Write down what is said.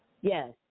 yes